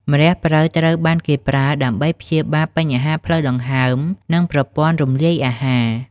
ម្រះព្រៅ ត្រូវបានគេប្រើដើម្បីព្យាបាលបញ្ហាផ្លូវដង្ហើម និងប្រព័ន្ធរំលាយអាហារ។